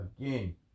Again